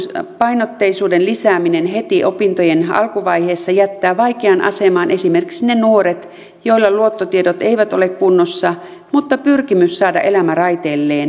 opintolainapainotteisuuden lisääminen heti opintojen alkuvaiheessa jättää vaikeaan asemaan esimerkiksi ne nuoret joilla luottotiedot eivät ole kunnossa mutta pyrkimys saada elämä raiteilleen on vahva